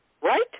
Right